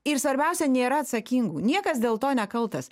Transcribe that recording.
ir svarbiausia nėra atsakingų niekas dėl to nekaltas